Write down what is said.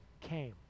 came